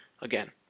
Again